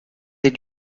des